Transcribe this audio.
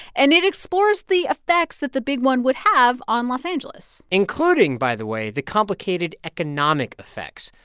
and it explores the effects that the big one would have on los angeles including, by the way, the complicated economic effects.